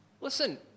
Listen